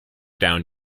down